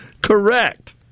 Correct